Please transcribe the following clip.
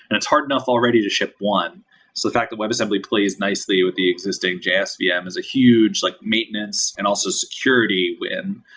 and it's hard enough already to ship one. so the fact the webassembly plays nicely with the existing jsvm is a huge like maintenance and also security win.